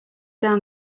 down